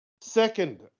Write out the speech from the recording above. Second